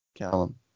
Callum